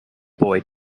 boy